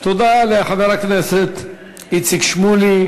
תודה לחבר הכנסת איציק שמולי.